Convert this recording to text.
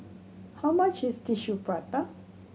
how much is Tissue Prata